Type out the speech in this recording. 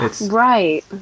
Right